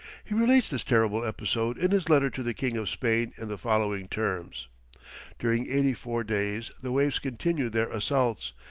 he relates this terrible episode in his letter to the king of spain in the following terms during eighty-four days the waves continued their assaults,